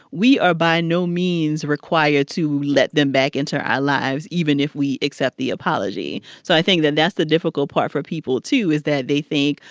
we are by no means required to let them back into our lives even if we accept the apology. so i think that that's the difficult part for people, too, is that they think,